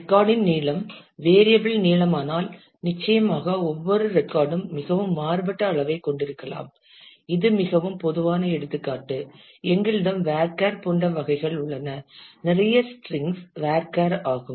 ரெக்கார்டின் நீளம் வேரியப்பிள் நீளமானால் நிச்சயமாக ஒவ்வொரு ரெக்கார்ட் ம் மிகவும் மாறுபட்ட அளவைக் கொண்டிருக்கலாம் இது மிகவும் பொதுவான எடுத்துக்காட்டு எங்களிடம் வேர்கேர் போன்ற வகைகள் உள்ளன நிறைய ஸ்டிரிங்ஸ் வேர்கேர் ஆகும்